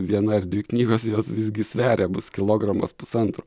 viena ar dvi knygos jos visgi sveria bus kilogramas pusantro